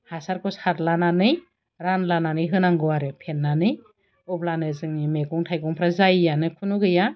हासारखौ सारलानानै रानलानानै होनांगौ आरो फेन्नानै अब्लानो जोंनि मेगं थायगंफ्रा जायैयानो खुनु गैया